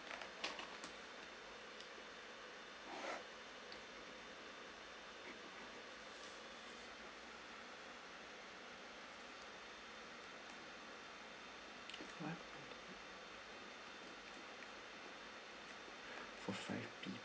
for five people